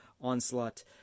onslaught